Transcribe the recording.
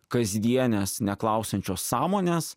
kasdienės neklausiančios sąmonės